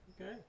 Okay